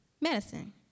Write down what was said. medicine